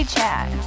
Chat